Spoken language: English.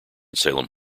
salem